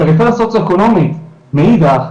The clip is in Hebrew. הפריפריה הסוציו אקונומית מאידך,